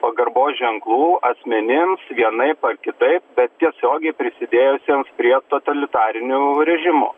pagarbos ženklų asmenims vienaip ar kitaip bet tiesiogiai prisidėjusiems prie totalitarinių režimo